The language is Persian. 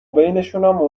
بینشونم